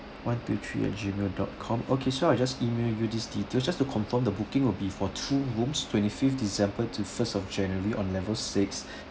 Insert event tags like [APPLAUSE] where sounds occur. one two three at gmail dot com okay so I'll just email you this detail just to confirm the booking will be for two rooms twenty-fifth december to first of january on level six [BREATH]